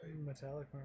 Metallic